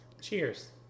Cheers